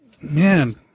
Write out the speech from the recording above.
man